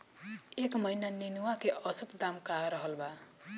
एह महीना नेनुआ के औसत दाम का रहल बा?